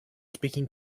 speaking